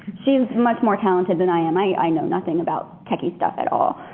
she is much more talented than i am. i i know nothing about techie stuff at all.